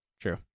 True